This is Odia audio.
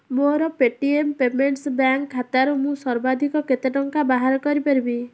ମୋର ପେଟିଏମ୍ ପେମେଣ୍ଟ୍ସ୍ ବ୍ୟାଙ୍କ୍ ଖାତାରୁ ମୁଁ ସର୍ବାଧିକ କେତେ ଟଙ୍କା ବାହାର କରିପାରିବି